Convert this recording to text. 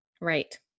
Right